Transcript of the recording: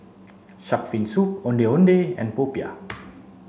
shark fin soup ondeh ondeh and popiah